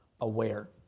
aware